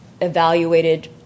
evaluated